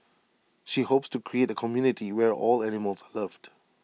she hopes to create A community where all animals are loved